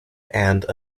and